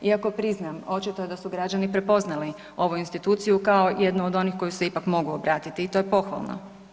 Iako priznajem, očito je da su građani prepoznali ovu instituciju kao jednu od onih kojoj se ipak mogu obratiti i to je pohvalno.